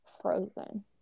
frozen